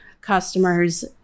customers